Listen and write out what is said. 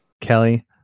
Kelly